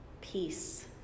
peace